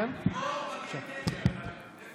על